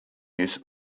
this